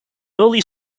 early